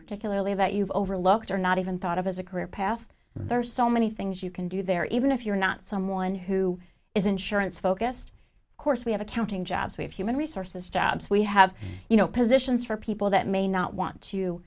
particularly about you've overlooked or not even thought of as a career path there are so many things you can do there even if you're not someone who is insurance focused course we have accounting jobs we have human resources jobs we have you know positions for people that may not want to